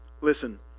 Listen